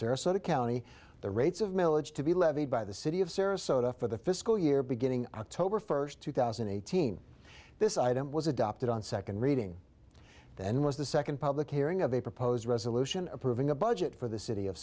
sarasota county the rates of milage to be levied by the city of sarasota for the fiscal year beginning october first two thousand and eighteen this item was adopted on second reading and was the second public hearing of a proposed resolution approving a budget for the city of